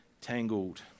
tangled